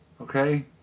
okay